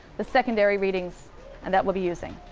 the secondary readings and that we'll be using.